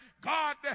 God